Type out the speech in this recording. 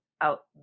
out